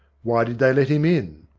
why did they let him in?